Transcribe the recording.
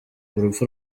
urupfu